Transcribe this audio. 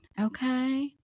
okay